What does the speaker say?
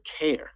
care